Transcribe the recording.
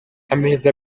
ameza